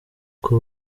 uko